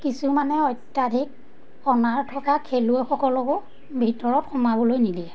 কিছুমানে অত্যধিক অনাৰ থকা খেলুৱৈসকলকো ভিতৰত সোমাবলৈ নিদিয়ে